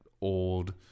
old